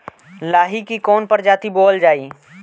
लाही की कवन प्रजाति बोअल जाई?